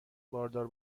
باردار